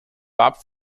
warb